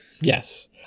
Yes